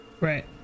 Right